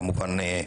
כמובן,